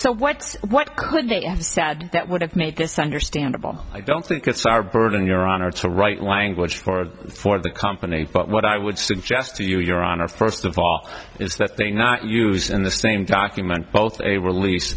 so what's what could they have said that would have made this understandable i don't think it's our burden your honor to write language for a for the company but what i would suggest to you your honor first of all is that they not use in the same document both a release